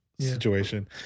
situation